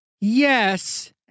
yes